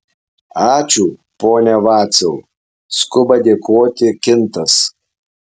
ačiū pone vaciau skuba dėkoti kintas